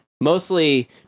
Mostly